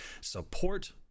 support